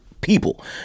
People